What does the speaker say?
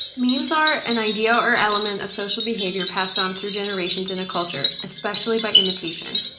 memes are an idea or element of social behavior passed on through generations in a culture, especially by imitation.